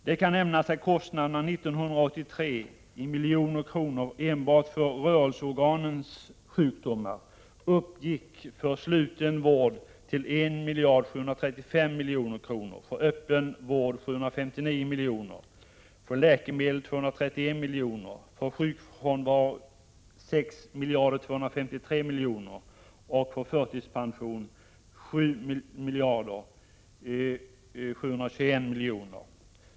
Det kan nämnas att kostnaderna 1983 för enbart rörelseorganens sjukdomar uppgick till för sluten vård 1 735 milj.kr., för öppen vård 759 miljoner, för läkemedel 231 miljoner, för sjukfrånvaro 6 253 miljoner och för förtidspension 7 721 milj.kr.